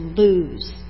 lose